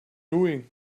doing